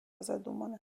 задумана